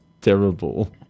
terrible